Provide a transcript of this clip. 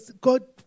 God